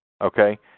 Okay